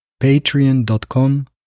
patreon.com